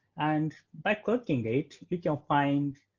and by clicking it you can find